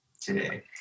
today